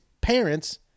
parents